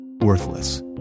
worthless